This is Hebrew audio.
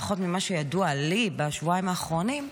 לפחות ממה שידוע לי בשבועיים האחרונים,